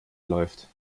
läuft